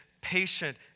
patient